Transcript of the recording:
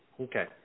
Okay